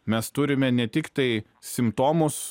mes turime ne tik tai simptomus